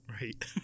Right